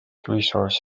resource